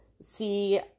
see